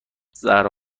زهرا